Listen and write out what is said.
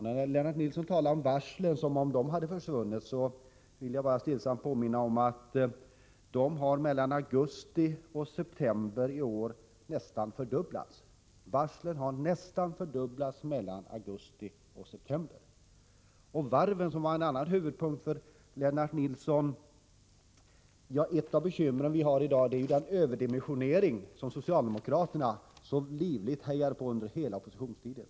När Lennart Nilsson talade om varslen som om de hade försvunnit, så vill jag bara stillsamt påminna om att de mellan augusti och september i år har nästan fördubblats. Och när det gäller varven, som var en annan huvudpunkt för Lennart Nilsson, så är ett av de bekymmer vi har i dag en överdimensionering som socialdemokraterna så livligt hejade på under hela oppositionstiden.